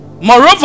Moreover